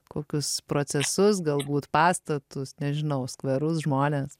kokius procesus galbūt pastatus nežinau skverus žmones